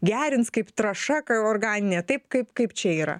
gerins kaip trąša organinė taip kaip kaip čia yra